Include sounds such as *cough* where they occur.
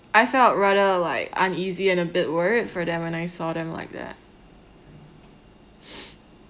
I felt rather like uneasy and a bit worried for them when I saw them like that *noise*